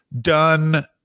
done